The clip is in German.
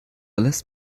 lässt